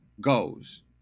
goes